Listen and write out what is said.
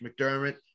McDermott